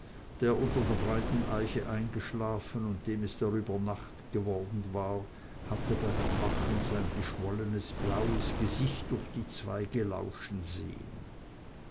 der unter der breiten eiche eingeschlafen und dem es darüber nacht geworden war hatte beim erwachen sein geschwollenes blaues gesicht durch die zweige lauschen sehen